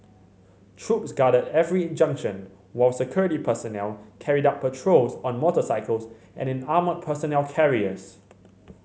troops guarded every in junction while security personnel carried out patrols on motorcycles and in armoured personnel carriers